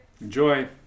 Enjoy